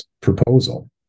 proposal